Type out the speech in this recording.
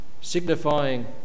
signifying